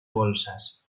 bolsas